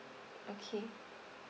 okay